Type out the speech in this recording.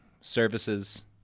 services